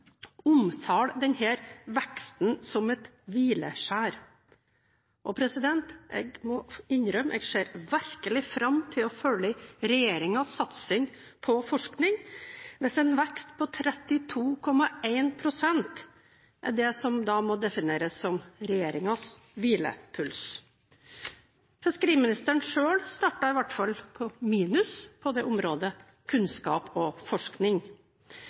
omtale denne veksten som et hvileskjær, og jeg må innrømme at jeg virkelig ser fram til å følge regjeringens satsing på forskning hvis en vekst på 32,1 pst. er det som da må defineres som regjeringens hvilepuls. Fiskeriministeren selv startet i hvert fall på minus på området kunnskap og